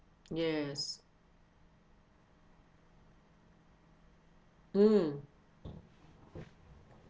yes mm